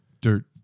Dirt